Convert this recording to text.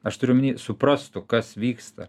aš turiu omeny suprastų kas vyksta